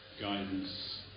guidance